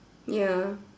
ya